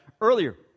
earlier